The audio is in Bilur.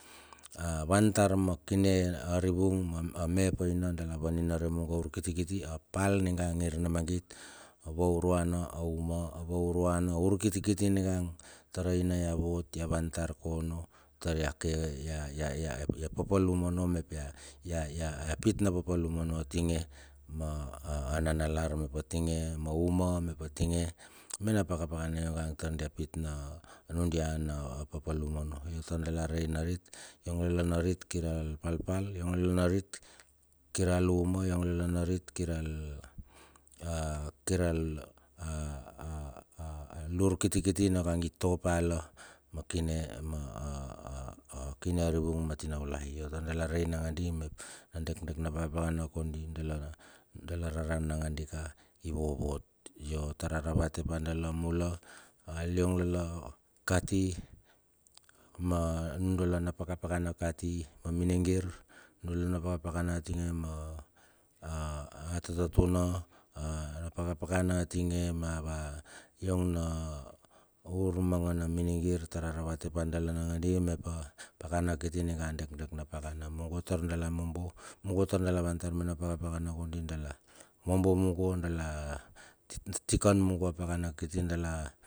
A wan tar ma kine arivung ma ame ap a ina dala waninare mugo a urkitikitia. A pal ninga angir na mangit, a vaurauana auma, avauruana a urkiti ninga tar aina ya vot ya van tar ka onno tar ya ke ya papalum onno, mep ya ya ya ya pit papalu onno atinge ma a a nanalar, mep atinge ma auma, mep atinge mena pakadakana yongea tar dia pit na nundia na paplum onno. Ai tar dala rei narit yong lala narit kir al palpal, yong lala narit kir al uma, yong lala narit kir al a kir al lurkiti ninga itopa la ma kine ma akine arivung ma tinaulai. Yo tar dala rei nangandi mep a dekdek na pakapakana kondi dala ra dala reran nangandika ivovot. Yo tar a raravate pa dala, mula aliong lala kati ma nundala na pakadakana kati ma miningir, nu dala na pakadakana atinge ma a a tatatuna, a pakadakana atinge ma ava, yong na ur mangana minigir tar a ravate pa dala nangandi mep a pakana kiti ninga a dekdek na pakana mungo tar dala mombo, mungo tar dala van tar mena pakapakana kondi dala mombo mungo ta dala van tar mena apakana kondi dala mombo mungo, dala tikan mungo a pakana kiti dala.